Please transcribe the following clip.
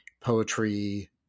poetry